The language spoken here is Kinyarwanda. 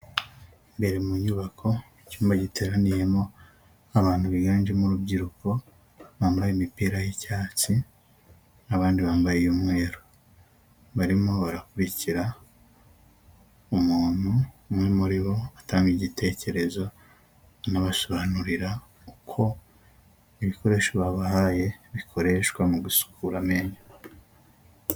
Imbere mu nyubako icyumba giteraniyemo abantu biganjemo urubyiruko bambaye imipira y'icyatsi n'abandi bambaye umweru, barimo barakurikira umuntu umwe muri bo atanga igitekerezo anabasobanurira uko ibikoresho babahaye bikoreshwa mu gusukura amenyo.